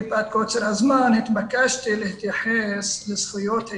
מפאת קוצר הזמן התבקשתי להתייחס לזכויות הילד,